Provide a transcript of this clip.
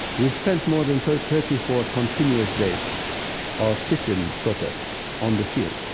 we spent more than thirty thirty four continuous days of sit-in protests on the field.